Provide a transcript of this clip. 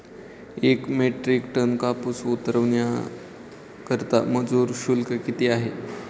एक metric tonne कापूस उतरवण्याकरता मजूर शुल्क किती आहे?